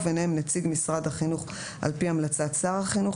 וביניהם נציג משרד החינוך על פי המלצת שר החינוך,